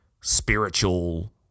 spiritual